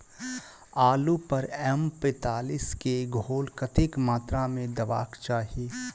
आलु पर एम पैंतालीस केँ घोल कतेक मात्रा मे देबाक चाहि?